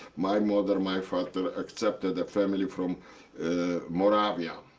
my mother, my father, accepted a family from moravia.